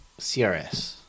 CRS